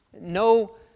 No